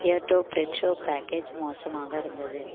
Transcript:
Beardo பிரிக் soap package மோசமாக இருந்தது